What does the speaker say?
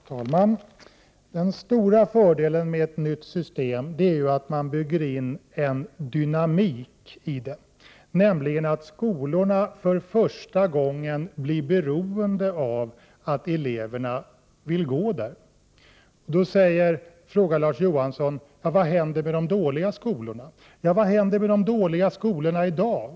Herr talman! Den stora fördelen med ett nytt system är att man bygger in en dynamik i det, att skolorna för första gången blir beroende av att eleverna vill gå där. Larz Johansson frågar vad som händer med de ”dåliga” skolorna. Vad händer med de ”dåliga” skolorna i dag?